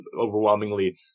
overwhelmingly